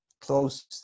close